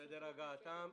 סדר הגעתם.